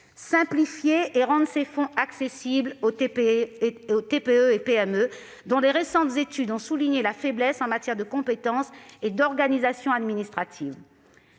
simplifier et rendre ces fonds accessibles aux TPE et PME, dont de récentes études ont souligné la faiblesse en matière de compétences et d'organisation administrative.